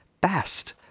best